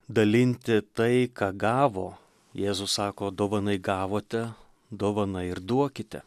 dalinti tai ką gavo jėzus sako dovanai gavote dovanai ir duokite